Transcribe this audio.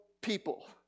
people